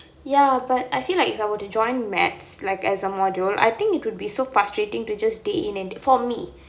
ya but I feel like if I were to join mathematics like as a module I think it will be so frustrating to just day in and for me